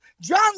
John